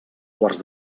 quarts